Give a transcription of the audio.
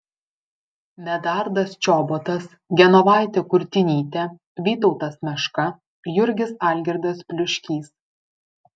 medardas čobotas genovaitė kurtinytė vytautas meška jurgis algirdas pliuškys